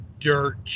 dirt